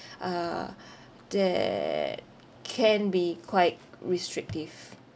uh they can be quite restrictive